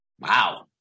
Wow